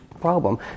problem